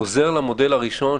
חוזר למודל הראשון,